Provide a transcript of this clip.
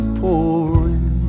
pouring